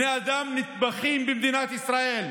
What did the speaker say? בני אדם נטבחים במדינת ישראל,